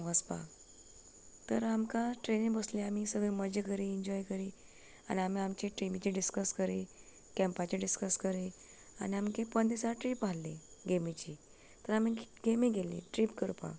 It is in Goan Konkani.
थंय वसपा तर आमकां ट्रेनी बसले आमी सगली मजा करी एन्जॉय करी आनी आमी आमच्या टिमीचें डिसकस करी कॅम्पाचें डिसकस करी आनी आमगे पंदरा दिसा ट्रीप आसली गॅमीची तर आमी गॅमी गेल्ली ट्रीप करपा